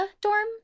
dorm